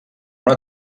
una